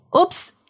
Oops